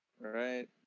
Right